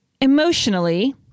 emotionally